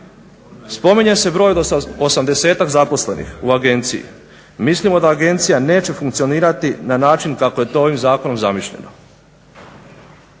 Spominje se broj od 80-tak zaposlenih u agenciji. Mislimo da agencija neće funkcionirati na način kako je to ovim zakonom zamišljeno.